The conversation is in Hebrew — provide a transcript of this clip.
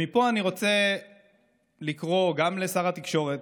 מפה אני רוצה לקרוא גם לשר התקשורת,